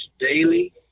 daily